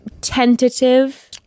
tentative